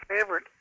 favorite